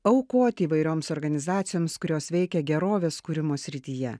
aukoti įvairioms organizacijoms kurios veikia gerovės kūrimo srityje